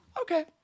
okay